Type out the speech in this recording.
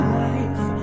life